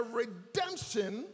redemption